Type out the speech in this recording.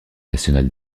national